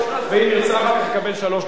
ואם ירצה אחר כך, יקבל שלוש דקות.